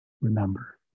remember